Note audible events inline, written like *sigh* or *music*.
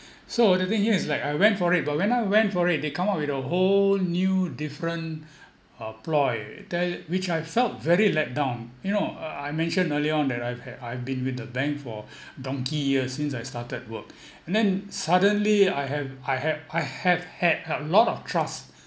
so the thing here is like I went for it but when I went for it they come up with a whole new different uh ploy that which I felt very let down you know uh I mentioned earlier on that I've had I've been with the bank for *breath* donkey years since I started work and then suddenly I have I have I have had a lot of trust